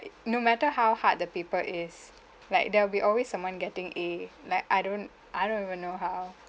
uh no matter how hard the paper is like there will be always someone getting a like I don't I don't even know how